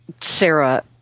Sarah